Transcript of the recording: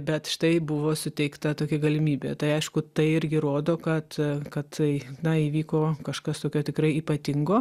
bet štai buvo suteikta tokia galimybė tai aišku tai irgi rodo kad kad tai na įvyko kažkas tokio tikrai ypatingo